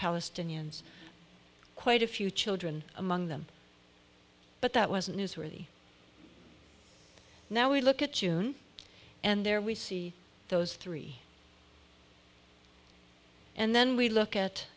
palestinians quite a few children among them but that wasn't newsworthy now we look at you and there we see those three and then we look